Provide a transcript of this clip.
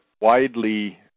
widely